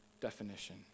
definition